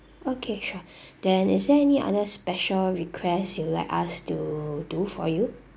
okay sure then is there any other special request you'd like us to do for you